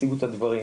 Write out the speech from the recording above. הציגו את הדברים.